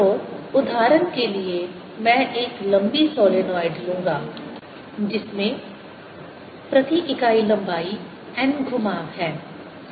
तो उदाहरण के लिए मैं एक लंबी सॉलोनॉइड लूंगा जिसमें प्रति इकाई लंबाई n घुमाव हैं